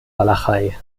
walachei